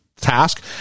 task